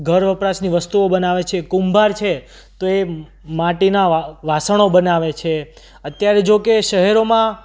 ઘર વપરાશની વસ્તુઓ બનાવે છે કુંભાર છે તો એ માટીના વાસણો બનાવે છે અત્યારે જો કે શહેરોમાં